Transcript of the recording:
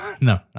No